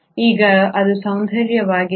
ಈಗ ಅದು ಸೌಂದರ್ಯವಾಗಿದೆ